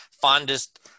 fondest